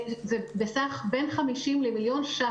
בסך שבין 50 למיליון ₪,